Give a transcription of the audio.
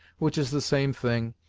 which is the same thing,